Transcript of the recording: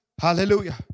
Hallelujah